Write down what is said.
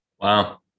Wow